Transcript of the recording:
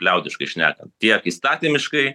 liaudiškai šnekant tiek įstatymiškai